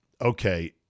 okay